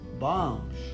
Bombs